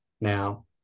Now